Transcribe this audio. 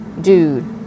dude